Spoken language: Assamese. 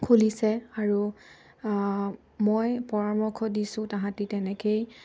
খুলিছে আৰু মই পৰামৰ্শ দিছোঁ তাহাঁতে তেনেকেই